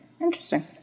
interesting